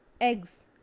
eggs